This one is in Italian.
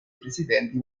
presidenti